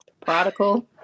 prodigal